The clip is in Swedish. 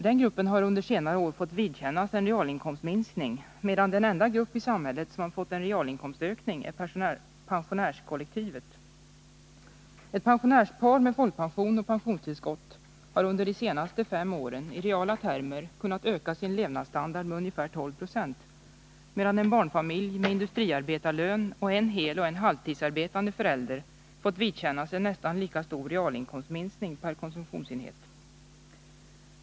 Den gruppen har under senare år fått vidkännas en realinkomstminskning, medan den enda grupp i samhället som fått en realinkomstökning är pensionärskollektivet. Ett pensionärspar med folkpension och pensionstillskott har under de senaste fem åren i reala termer kunnat öka sin levnadsstandard med ungefär 12 90. En barnfamilj med en heloch en halvtidsarbetande förälder med industriarbetarlön har däremot fått vidkännas en nästan lika stor realinkomstminskning per konsumtionsenhet.